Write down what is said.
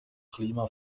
klima